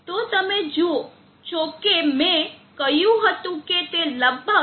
તો તમે જુઓ છો કે મેં કહ્યું હતું કે તે લગભગ 0